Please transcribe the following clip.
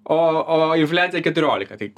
o o infliacija keturiolika tai